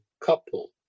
couple